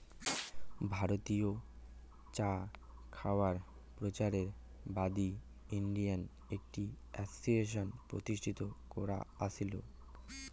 ভারতীয় চা খাওয়ায় প্রচারের বাদী ইন্ডিয়ান টি অ্যাসোসিয়েশন প্রতিষ্ঠিত হয়া আছিল